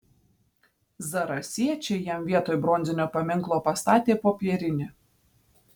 zarasiečiai jam vietoj bronzinio paminklo pastatė popierinį